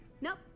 Nope